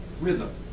rhythm